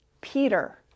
Peter